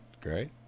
Great